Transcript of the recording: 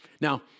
Now